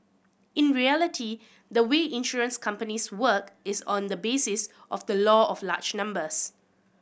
in reality the way insurance companies work is on the basis of the law of large numbers